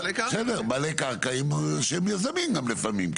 בסדר, בעלי קרקע שהם יזמים גם לפעמים.